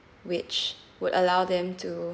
which would allow them to